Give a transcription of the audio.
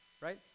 right